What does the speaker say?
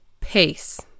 Pace